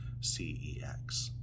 CEX